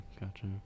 gotcha